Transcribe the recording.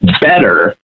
better